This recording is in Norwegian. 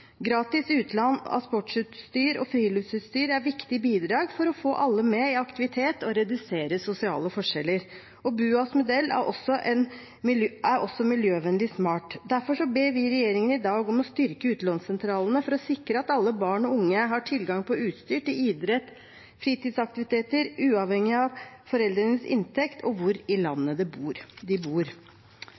Gratis utlån av sportsutstyr og friluftsutstyr er et viktig bidrag for å få alle med i aktivitet og redusere sosiale forskjeller, og BUAs modell er også miljøvennlig smart. Derfor ber vi regjeringen i dag om å styrke utlånssentralene for å sikre at alle barn og unge har tilgang på utstyr til idrett og fritidsaktiviteter uavhengig av foreldrenes inntekt og hvor i landet de bor.